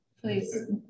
Please